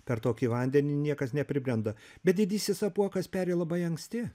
per tokį vandenį niekas nepribrenda bet didysis apuokas peri labai anksti